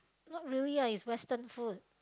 not really ah it's western food